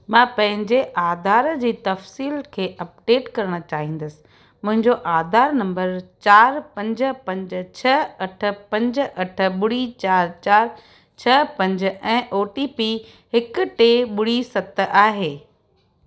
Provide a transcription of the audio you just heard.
मां पंहिंजे आधार जी तफ़सील खे अपडेट करणु चाहींदसि मुंहिंजो आधार नंबर चार पंज पंज छह अठ पंज अठ ॿुड़ी चार चार छह पंज ऐं ओ टी पी हिकु टे ॿुड़ी सत आहे